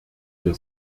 wir